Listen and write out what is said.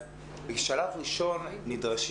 אז בשלב ראשון בעיני,